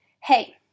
hey